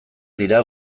dira